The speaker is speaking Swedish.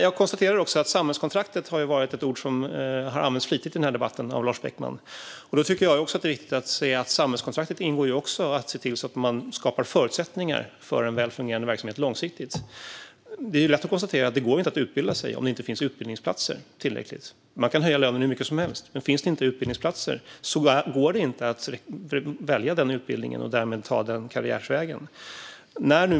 Jag konstaterar att ordet samhällskontrakt har använts flitigt i denna debatt av Lars Beckman. Jag tycker att det är viktigt att se att det i samhällskontraktet också ingår att se till att skapa förutsättningar för en väl fungerande verksamhet - långsiktigt. Det är lätt att konstatera att det inte går att utbilda sig om det inte finns tillräckligt många utbildningsplatser. Man kan höja lönen hur mycket som helst, men finns det inte utbildningsplatser går det inte att välja utbildningen och därmed ta den karriärvägen.